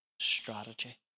strategy